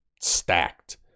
stacked